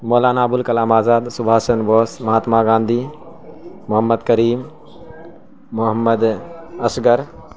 مولانا ابو الکلام آزاد سبھاش چندر بوس مہاتما گاندھی محمد کریم محمد اصغر